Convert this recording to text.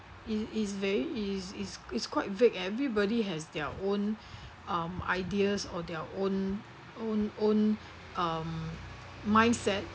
it is very is is is is quite vague everybody has their own um ideas or their own own own um mindset